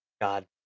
God